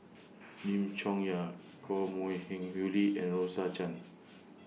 Lim Chong Yah Koh Mui Hiang Julie and Rose Chan